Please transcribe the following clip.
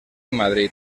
madrid